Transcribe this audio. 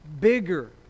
bigger